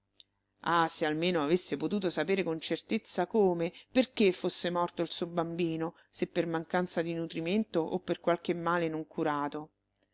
ah se almeno avesse potuto sapere con certezza come perché fosse morto il suo bambino se per mancanza di nutrimento o per qualche male non curato